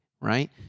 right